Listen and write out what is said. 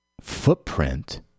footprint